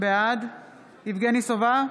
בעד יבגני סובה,